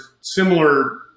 similar